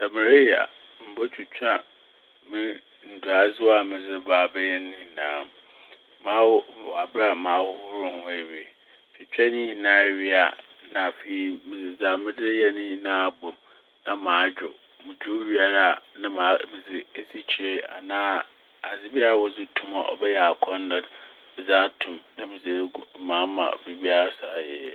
Sɛ mereyɛ a mobotwitwa me-nduadzewa a medze reba abɛyɛ ne nyianaa. Maho - ɔaber a mahohor ho ewie. Metwitwa ne nyinaa wie a na afei medze dza medze reyɛe ne nyinaa abɔ m' na madwow. Modwow wie ara a na ma- dze esikyere anaa adze biara a wɔdze to m' a ɔbɛyɛ akɔndɔ medze ato m' na medze egu m' na ma ama biribiara so ayɛ yie